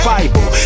Bible